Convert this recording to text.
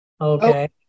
okay